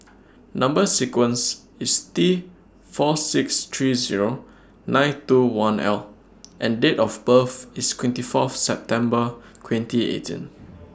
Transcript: Number sequence IS T four six three Zero nine two one L and Date of birth IS twenty Fourth September twenty eighteen